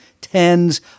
tens